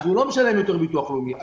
אז הוא לא משלם יותר ביטוח לאומי.